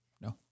No